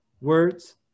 words